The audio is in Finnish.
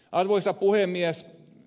arvoisa puhemies